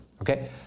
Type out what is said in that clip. Okay